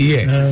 Yes